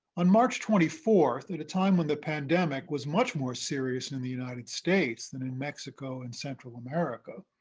on march twenty four, at a time when the pandemic was much more serious in in the united states than in mexico and central america,